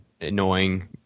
annoying